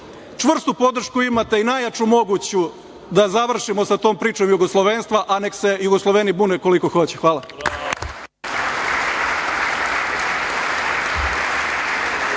čvrstu podršku imate i najjaču moguću da završimo sa tom pričom jugoslovenstva, a nek se Jugosloveni bune koliko hoće. Hvala.